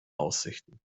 aussichten